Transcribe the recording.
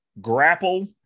grapple